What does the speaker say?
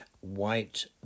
white